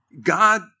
God